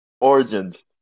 Origins